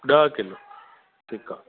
ॾह किलो ठीकु आहे